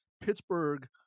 Pittsburgh